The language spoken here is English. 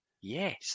Yes